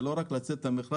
זה לא רק לצאת למכרז,